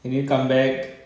can you come back